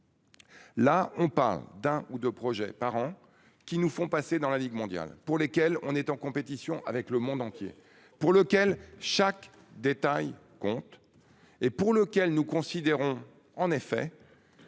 Là on parle d'un ou deux projets par an qui nous font passer dans la Ligue mondiale, pour lesquels on est en compétition avec le monde entier pour lequel chaque détail compte. Et pour lequel nous considérons en effet.